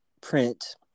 print